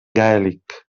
gaèlic